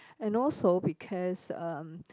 and also because um